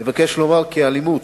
אבקש לומר כי האלימות,